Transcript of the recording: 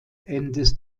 endes